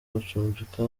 gucumbika